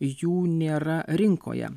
jų nėra rinkoje